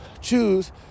choose